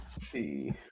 see